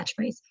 catchphrase